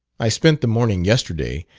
i spent the morning yesterday,